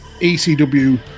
ECW